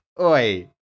Oi